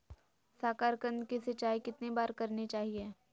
साकारकंद की सिंचाई कितनी बार करनी चाहिए?